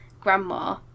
grandma